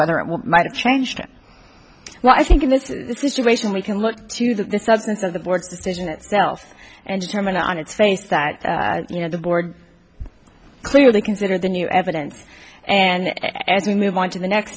whether it might have changed now i think in this situation we can look to the substance of the board's decision itself and determine on its face that you know the board clearly consider the new evidence and as we move on to the next